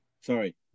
Sorry